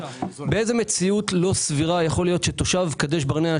באיזו מציאות לא סבירה יכול להיות שתושב קדש ברנע,